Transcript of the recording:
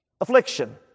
affliction